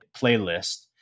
playlist